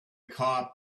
cop